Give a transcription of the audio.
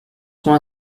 sont